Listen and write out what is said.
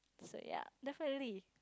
so ya definitely